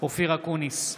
אופיר אקוניס,